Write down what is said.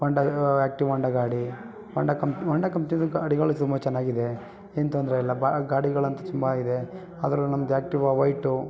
ಹೋಂಡಾ active Honda ಗಾಡಿ Honda company Honda ಕಂಪ್ನಿದು ಗಾಡಿಗಳು ತುಂಬ ಚೆನ್ನಾಗಿದೆ ಏನೂ ತೊಂದರೆ ಇಲ್ಲ ಬ್ ಗಾಡಿಗಳಂತೂ ಚುಮ್ಮಾಗಿದೆ ಅದರಲ್ಲೂ ನಮ್ದು ಆ್ಯಕ್ಟಿವಾ ವೈಟು